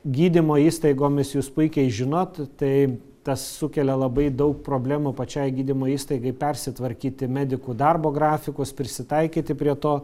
gydymo įstaigomis jūs puikiai žinot tai tas sukelia labai daug problemų pačiai gydymo įstaigai persitvarkyti medikų darbo grafikus prisitaikyti prie to